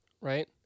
right